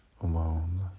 alone